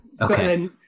Okay